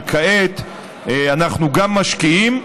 וכעת אנחנו גם משקיעים,